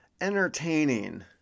entertaining